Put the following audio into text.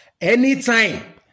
Anytime